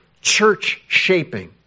church-shaping